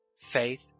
faith